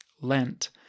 Lent